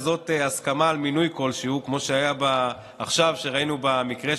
את כל ההסתייגויות ואפשר להצביע מייד.